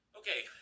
okay